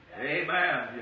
Amen